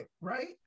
right